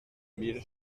mille